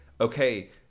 okay